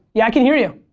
yeah, i can hear you.